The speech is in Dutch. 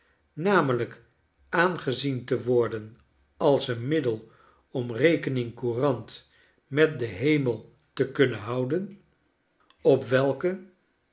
namelijk aangezien te worden als een middel om rekening-courant met den hemel te kunnen houden op welke